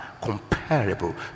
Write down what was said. comparable